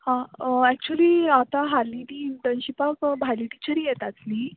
आ actually आतां हाली ती इंटर्नशिपाक भायली टिचरी येतात न्ही